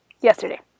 yesterday